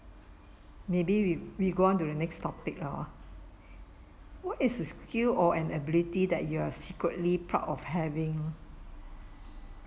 maybe we we go on to the next topic lor what is a skill or an ability that you are secretly proud of having